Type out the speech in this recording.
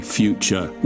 future